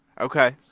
Okay